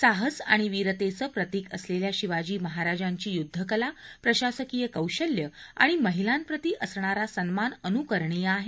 साहस आणि वीरतेचं प्रतीक असलेल्या शिवाजी महाराजांची युद्धकला प्रशासकीय कौशल्य आणि महिलांप्रती असणारा सन्मान अनुकरणीय आहे